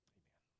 amen